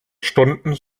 stunden